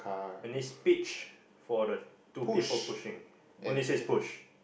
and this speech for the two people pushing only says push